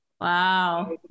Wow